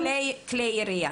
סך הכל כלי ירייה.